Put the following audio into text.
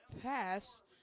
pass